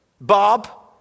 Bob